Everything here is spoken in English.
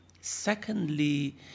Secondly